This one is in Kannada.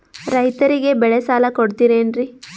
ರೈತರಿಗೆ ಬೆಳೆ ಸಾಲ ಕೊಡ್ತಿರೇನ್ರಿ?